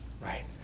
right